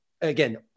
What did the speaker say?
again